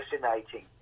fascinating